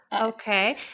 Okay